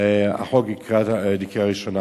בקריאה ראשונה.